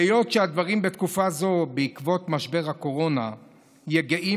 בהיות שהדברים בתקופה זו בעקבות משבר הקורונה יגעים,